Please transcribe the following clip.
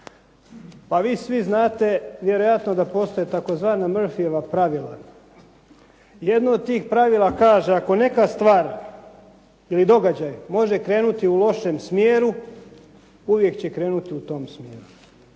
Pa vi svi znate vjerojatno da postoje tzv. Murphyjeva pravila. Jedno od tih pravila kaže ako neka stvar ili događaj može krenuti u lošem smjeru uvijek će krenuti u tom smjeru.